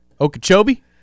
okeechobee